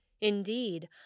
Indeed